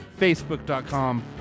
Facebook.com